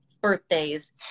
birthdays